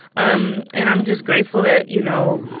um and i'm just grateful that, you know,